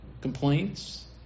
Complaints